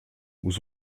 vous